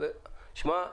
ושמע,